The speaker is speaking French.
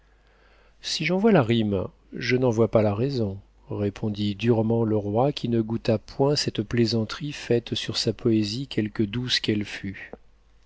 si j'en vois la rime je n'en vois pas la raison répondit durement le roi qui ne goûta point cette plaisanterie faite sur sa poésie quelque douce qu'elle fût